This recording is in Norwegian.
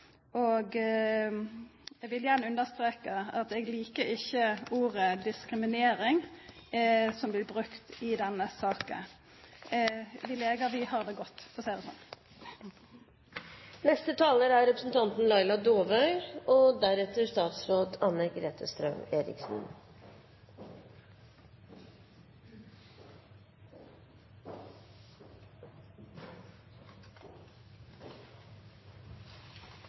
Jeg vil igjen understreke at jeg liker ikke ordet «diskriminering» som blir brukt i denne saken. Vi leger har det godt, for å si det slik. Eldre mennesker er